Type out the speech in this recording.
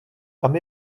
tam